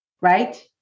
right